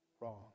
wrong